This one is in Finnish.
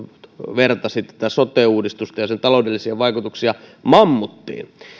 vertasi sote uudistusta ja ja sen taloudellisia vaikutuksia mammuttiin